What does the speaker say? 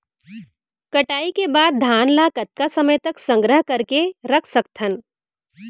कटाई के बाद धान ला कतका समय तक संग्रह करके रख सकथन?